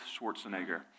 Schwarzenegger